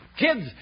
Kids